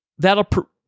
That'll